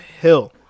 Hill